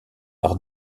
par